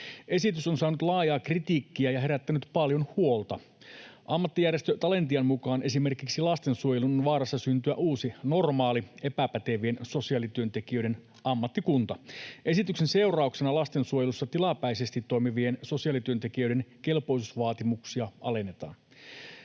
Esitys on saanut laajaa kritiikkiä ja herättänyt paljon huolta. Ammattijärjestö Talentian mukaan esimerkiksi lastensuojeluun on vaarassa syntyä uusi normaali, epäpätevien sosiaalityöntekijöiden ammattikunta. Esityksen seurauksena lastensuojelussa tilapäisesti toimivien sosiaalityöntekijöiden kelpoisuusvaatimuksia alennetaan.